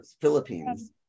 Philippines